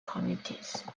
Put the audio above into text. committees